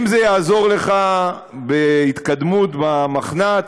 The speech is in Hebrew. אם זה יעזור לך בהתקדמות במחנ"צ.